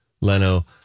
Leno